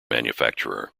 manufacturer